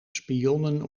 spionnen